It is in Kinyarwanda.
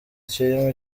kirimo